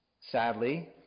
sadly